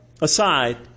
aside